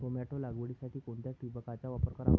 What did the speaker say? Tomato लागवडीसाठी कोणत्या ठिबकचा वापर करावा?